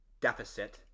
deficit